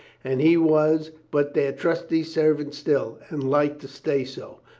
and he was but their trusty servant still, and like to stay so.